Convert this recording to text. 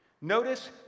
Notice